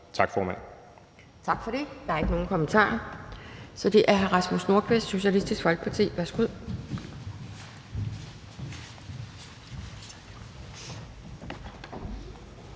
Tak for det. Der er ikke nogen kommentarer. Så er det hr. Rasmus Nordqvist, Socialistisk Folkeparti. Værsgo.